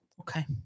Okay